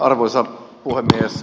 arvoisa puhemies